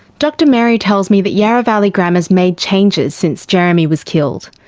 dr merry tells me that yarra valley grammar's made changes since jeremy was killed.